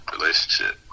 relationship